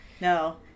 No